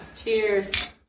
Cheers